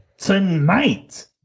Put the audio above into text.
Tonight